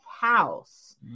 house